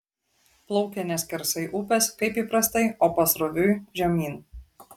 plaukia ne skersai upės kaip įprastai o pasroviui žemyn